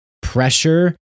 pressure